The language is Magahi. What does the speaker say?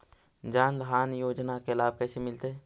जन धान योजना के लाभ कैसे मिलतै?